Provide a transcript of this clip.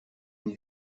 une